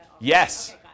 Yes